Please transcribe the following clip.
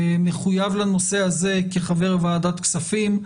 הוא מחויב לנושא הזה כחבר ועדת כספים.